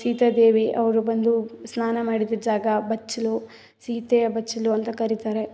ಸೀತಾ ದೇವಿ ಅವರು ಬಂದು ಸ್ನಾನ ಮಾಡಿದ್ದ ಜಾಗ ಬಚ್ಚಲು ಸೀತೆಯ ಬಚ್ಚಲು ಅಂತ ಕರೀತಾರೆ